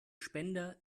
spender